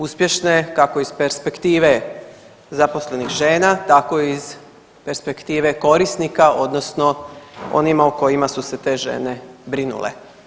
Uspješne, kako iz perspektive zaposlenih žena, tako iz perspektive korisnika, odnosno onima o kojima su se te žene brinule.